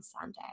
Sunday